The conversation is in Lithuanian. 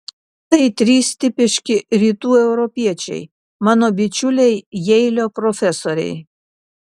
tai trys tipiški rytų europiečiai mano bičiuliai jeilio profesoriai